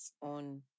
on